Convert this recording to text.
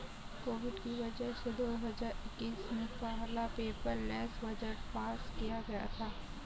Covid की वजह से दो हजार इक्कीस में पहला पेपरलैस बजट पास किया गया था